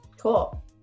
Cool